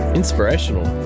inspirational